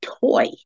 toy